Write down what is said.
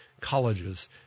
colleges